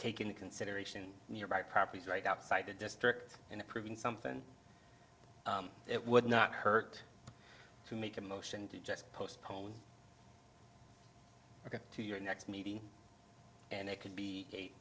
take into consideration nearby properties right outside the district and approving something it would not hurt to make a motion to just postpone or go to your next meeting and it could be eight